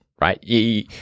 right